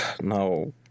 No